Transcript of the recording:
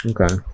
okay